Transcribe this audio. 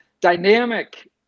dynamic